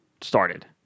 started